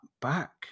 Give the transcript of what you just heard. back